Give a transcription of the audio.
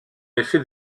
effet